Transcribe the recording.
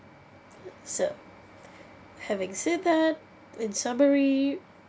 so having said that in summary